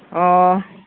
ꯑꯣ